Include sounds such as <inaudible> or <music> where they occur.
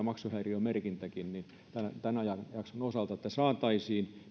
<unintelligible> maksuhäiriömerkinnänkin kanssa tämän ajanjakson osalta että saataisiin